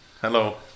Hello